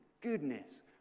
goodness